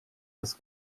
das